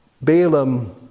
Balaam